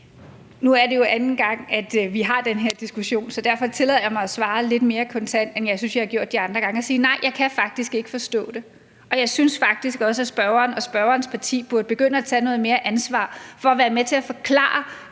Nu er det jo anden gang, vi har den her diskussion, så derfor tillader jeg mig at svare lidt mere kontant, end jeg synes jeg har gjort de andre gange. Og jeg vil sige, at nej, jeg kan faktisk ikke forstå det. Og jeg synes faktisk også, at spørgeren og spørgerens parti burde begynde at tage noget mere ansvar for at være med til at forklare